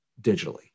digitally